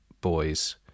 boys